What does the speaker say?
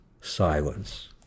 Silence